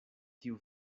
tiu